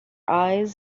eyes